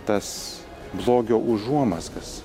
tas blogio užuomazgas